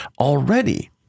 already